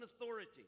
authority